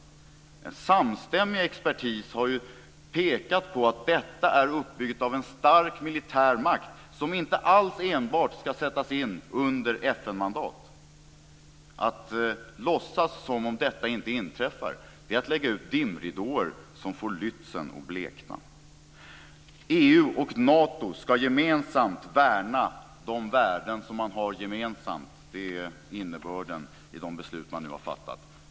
En samstämmig expertis har ju pekat på att detta är en uppbyggnad av en stark militär makt som inte alls enbart ska sättas in under FN-mandat. Att låtsas som om detta inte inträffar är att lägga ut dimridåer som får Lützen att blekna. EU och Nato ska gemensamt värna de värden som man har gemensamt. Det är innebörden av de beslut man nu har fattat.